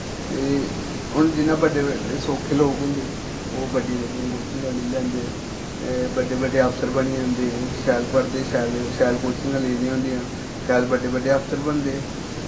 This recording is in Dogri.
ते हून जि'यां बड्डे सौक्खे लोग होंदे ओह् बड्डियां बड्डियां कोचिगां लेई लैंदे ते बड्डे बड्डे अफसर बनी जंदे शैल पढ़दे शैल कोचिगां लेई दियां होंदियां शैल बड्डे बड्डे अफसर बनदे